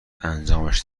انجامش